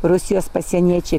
rusijos pasieniečiai